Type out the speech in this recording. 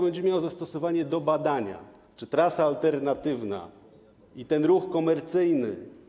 Będzie miało zastosowanie do badania, czy trasa alternatywna i ten ruch komercyjny.